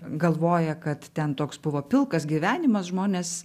galvoja kad ten toks buvo pilkas gyvenimas žmonės